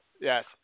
Yes